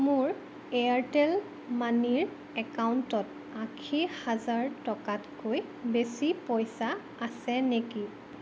মোৰ এয়াৰটেল মানিৰ একাউণ্টত আশী হাজাৰ টকাতকৈ বেছি পইচা আছে নেকি